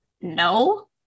no